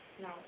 No